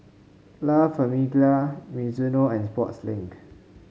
La Famiglia Mizuno and Sportslink